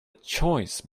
choice